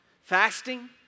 Fasting